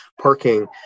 parking